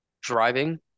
driving